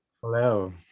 Hello